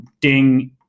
Ding